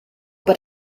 but